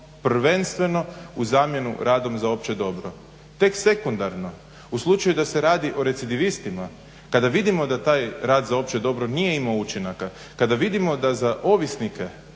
prvenstveno u zamjenu radom za opće dobro. Tek sekundarno u slučaju da se radi o recidivistima, kada vidimo da taj rad za opće dobro nije imao učinaka, kada vidimo da za ovisnike